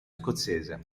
scozzese